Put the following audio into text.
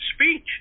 speech